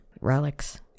relics